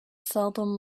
seldom